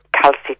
calcium